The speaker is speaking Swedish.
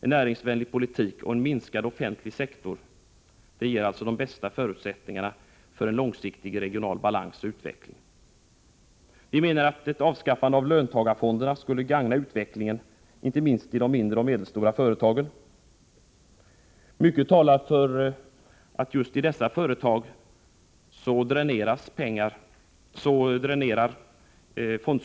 En näringsvänlig politik och en minskad offentlig sektor ger de bästa förutsättningarna för en långsiktig regional balans och utveckling. Vi menar att ett avskaffande av löntagarfonderna skulle gagna utvecklingen, inte minst i de mindre och medelstora företagen. Vi menar att fondsystemet dränerar